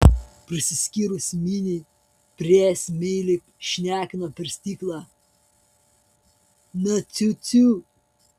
prasiskyrus miniai priėjęs meiliai šnekino per stiklą na ciu ciu